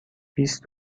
بیست